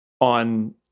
on